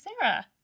Sarah